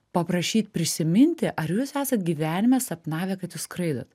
paprašyt prisiminti ar jūs esat gyvenime sapnavę kad jūs skraidot